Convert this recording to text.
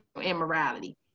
immorality